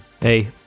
Hey